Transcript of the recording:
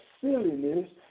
silliness